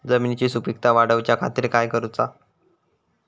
जमिनीची सुपीकता वाढवच्या खातीर काय करूचा?